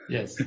Yes